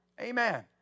Amen